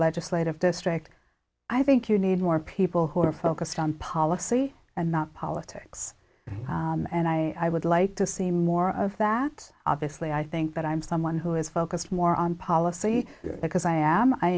legislative district i think you need more people who are focused on policy and not politics and i would like to see more of that obviously i think that i'm someone who is focused more on policy because i am i